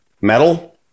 metal